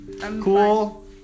cool